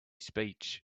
speech